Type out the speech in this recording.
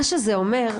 מה שזה אומר,